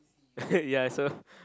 ya so